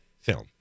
film